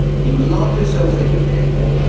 he was largely self-educated.